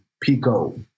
pico